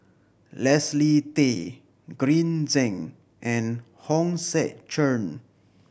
Leslie Tay Green Zeng and Hong Sek Chern